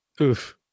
Oof